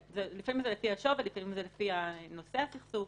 לפעמים זה לפי השווי, ולפעמים זה לפי נושא הסכסוך.